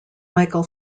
michael